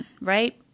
Right